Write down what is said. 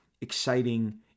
exciting